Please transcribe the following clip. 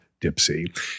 Dipsy